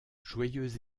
joyeuse